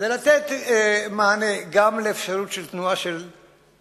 כדי לתת מענה, גם לאפשרות של תנועה של רגליים,